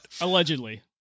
Allegedly